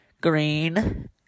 green